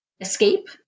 escape